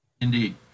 Indeed